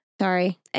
Sorry